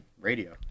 radio